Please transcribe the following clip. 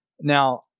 Now